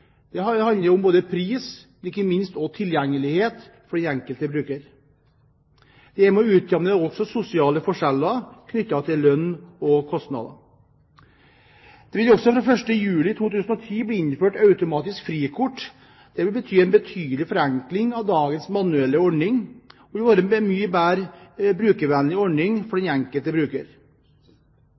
handler om pris, men ikke minst også om tilgjengelighet for den enkelte bruker. Det er også med og utjevner sosiale forskjeller knyttet til lønn og kostnader. Det vil fra 1. juli 2010 bli innført automatisk frikort. Det vil bety en betydelig forenkling av dagens manuelle ordning og vil være en mye mer brukervennlig ordning for den enkelte bruker.